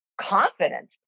confidence